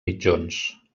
mitjons